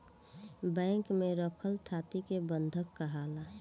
bank में रखल थाती के बंधक काहाला